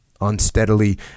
Unsteadily